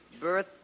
birth